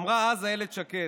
אמרה אז אילת שקד: